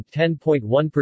10.1%